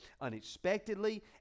unexpectedly